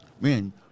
Man